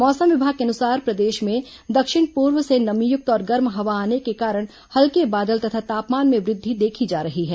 मौसम विभाग के अनुसार प्रदेश में दक्षिण पूर्व से नमीयुक्त और गर्म हवा आने के कारण हल्के बादल तथा तापमान में वृद्धि देखी जा रही है